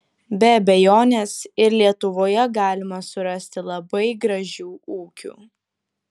be abejonės ir lietuvoje galima surasti labai gražių ūkių